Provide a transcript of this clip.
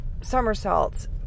somersaults